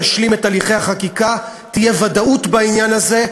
נשלים את הליכי החקיקה, תהיה ודאות בעניין הזה,